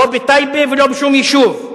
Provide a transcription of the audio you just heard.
לא בטייבה ולא בשום יישוב.